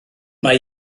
mae